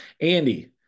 Andy